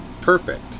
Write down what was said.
perfect